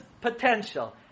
potential